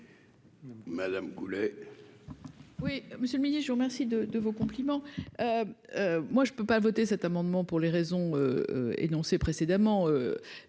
Madame Goulet.